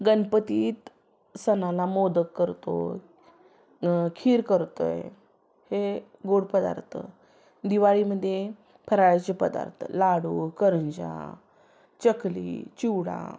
गणपतीत सणाला मोदक करतो खीर करतो आहे हे गोड पदार्थ दिवाळीमध्ये फराळाचे पदार्थ लाडू करंज्या चकली चिवडा